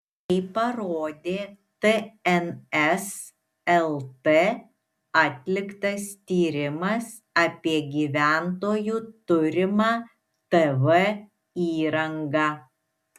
tai parodė tns lt atliktas tyrimas apie gyventojų turimą tv įrangą